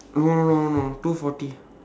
no no no no no two forty